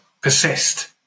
persist